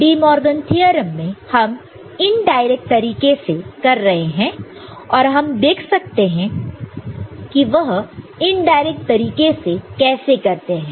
De Morgan theorem में हम indirect तरीके से कर रहे हैं और हम देख सकते हैं कि वह इनडायरेक्ट तरीके से कैसे करते हैं